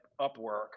Upwork